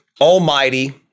almighty